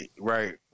Right